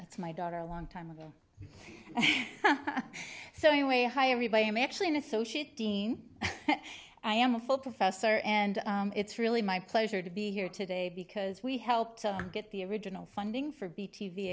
that's my daughter a long time ago so anyway hi everybody i'm actually an associate dean and i am a full professor and it's really my pleasure to be here today because we helped get the original funding for b t v